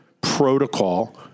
protocol